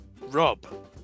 Rob